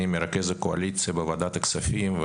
אני מרכז הקואליציה בוועדת הכספים,